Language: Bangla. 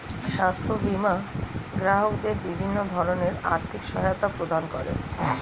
স্বাস্থ্য বীমা গ্রাহকদের বিভিন্ন ধরনের আর্থিক সহায়তা প্রদান করে